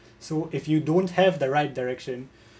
so if you don't have the right direction